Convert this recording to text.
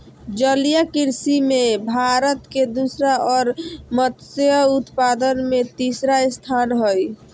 जलीय कृषि में भारत के दूसरा और मत्स्य उत्पादन में तीसरा स्थान हइ